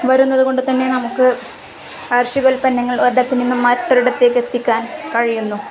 വരുന്നതുകൊണ്ട് തന്നെ നമുക്ക് കാർഷികോൽപ്പന്നങ്ങൾ ഒരിടത്ത് നിന്നും മറ്റൊരിടത്തേക്ക് എത്തിക്കാൻ കഴിയുന്നു